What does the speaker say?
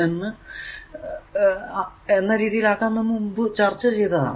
ഇത് നാം മുമ്പ് ചർച്ച ചെയ്തതാണ്